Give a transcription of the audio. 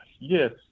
Yes